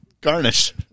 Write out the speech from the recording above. garnish